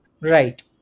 Right